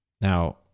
now